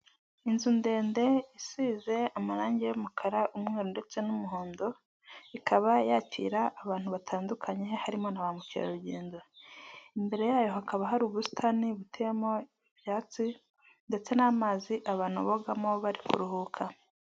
Inzu ndende isize amarange y'umukara, umweru ndetse n'umuhondo ikaba yakira abantu batandukanye harimo na ba mukerarugendo, imbere yayo hakaba hari ubusitani buteyemo ibyatsi ndetse n'amazi abantu bogamo bari kuruhuka.